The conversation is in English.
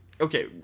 Okay